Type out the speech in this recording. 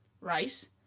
Right